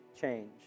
change